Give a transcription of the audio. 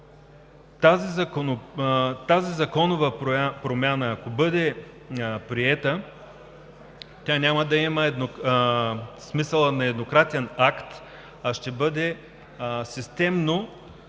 Тази законова промяна, ако бъде приета, няма да има смисъла на еднократен акт, а ще бъде системен